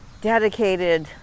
dedicated